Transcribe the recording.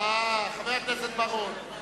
חבר הכנסת בר-און,